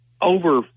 over